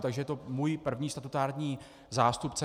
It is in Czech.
Takže je to můj první statutární zástupce.